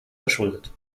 verschuldet